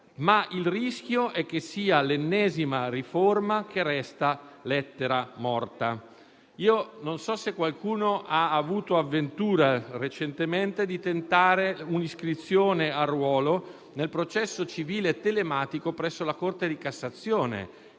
di fronte all'ennesima riforma che resta lettera morta. Non so se qualcuno ha avuto recentemente avventura di tentare un'iscrizione a ruolo nel processo civile telematico presso la Corte di cassazione,